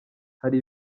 hari